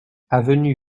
avenue